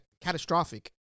catastrophic